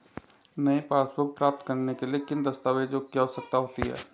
नई पासबुक प्राप्त करने के लिए किन दस्तावेज़ों की आवश्यकता होती है?